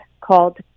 called